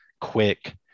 quick